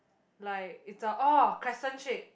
like it's a oh crescent shape